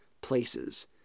places